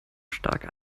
stark